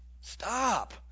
Stop